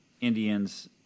Indians